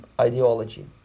ideology